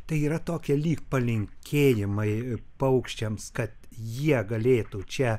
tai yra tokie lyg palinkėjimai paukščiams kad jie galėtų čia